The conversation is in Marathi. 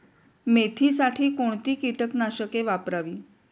मेथीसाठी कोणती कीटकनाशके वापरावी?